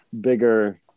bigger